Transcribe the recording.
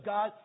God